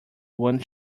won’t